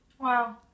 Wow